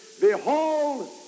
behold